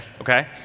Okay